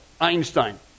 Einstein